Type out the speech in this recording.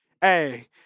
Hey